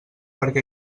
perquè